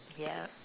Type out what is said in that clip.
yup